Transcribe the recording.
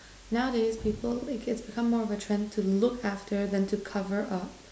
nowadays people like it becomes more of a trend to look after than to cover up